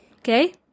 Okay